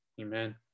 Amen